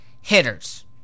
hitters